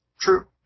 True